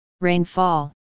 rainfall